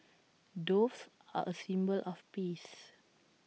doves are A symbol of peace